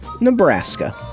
Nebraska